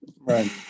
Right